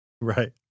right